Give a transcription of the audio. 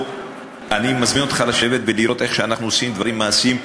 אני מזמין אותך לשבת ולראות איך אנחנו עושים דברים מעשיים.